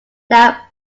now